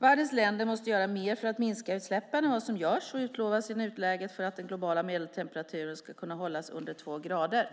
Världens länder måste göra mer för att minska utsläppen än vad som görs och utlovas i nuläget för att den globala medeltemperaturökningen ska kunna hållas under två grader.